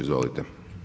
Izvolite.